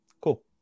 cool